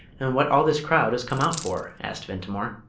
and what all this crowd has come out for? asked ventimore.